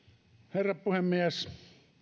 herra puhemies